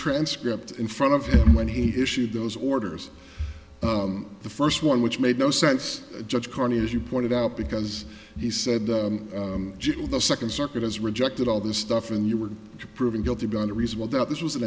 transcript in front of him when he issued those orders the first one which made no sense judge carney as you pointed out because he said the second circuit has rejected all this stuff and you were proven guilty beyond a reasonable doubt this was an